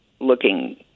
looking